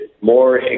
more